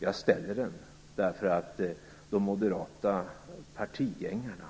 Jag ställde den därför att de moderata partigängarna